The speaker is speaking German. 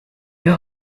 wir